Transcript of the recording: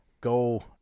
go